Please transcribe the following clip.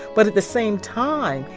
but at the same time,